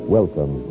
Welcome